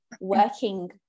working